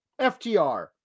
FTR